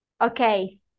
okay